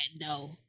no